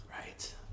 Right